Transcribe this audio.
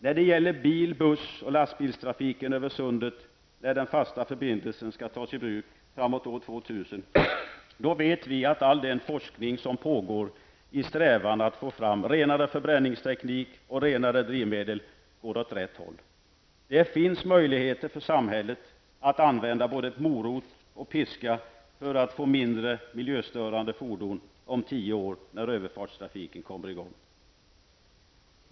När det gäller bil-, buss och lastbilstrafiken över sundet när den fasta förbindelsen skall tas i bruk framåt år 2000 vet vi att all den forskning som pågår i strävan att få fram renare förbränningsteknik och renare drivmedel går åt rätt håll. Det finns möjligheter för samhället att använda både morot och piska för att om tio år få fram mindre miljöstörande fordon när överfartstrafiken kommer i gång.